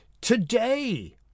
today